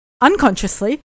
unconsciously